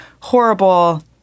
horrible